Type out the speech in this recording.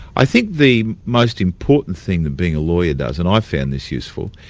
i think the most important thing that being a lawyer does, and i found this useful,